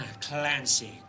Clancy